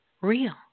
real